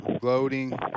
Gloating